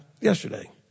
yesterday